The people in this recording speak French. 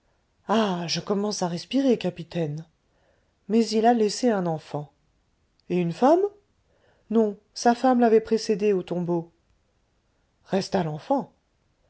ah je commence à respirer capitaine mais il a laissé un enfant et une femme non sa femme l'avait précédé au tombeau resta l'enfant